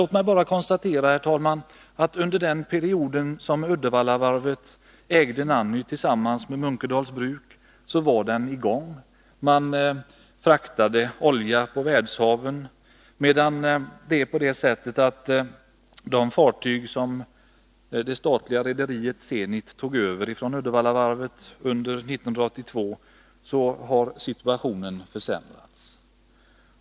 Låt mig bara konstatera, herr talman, att under den period som Uddevallavarvet ägde Nanny tillsammans med Munkedals Bruk var den i gång. Man fraktade olja på världshaven. Sedan det statliga rederiet Zenit tog över fartyg från Uddevallavarvet under 1982 har situationen försämrats.